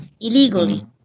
illegally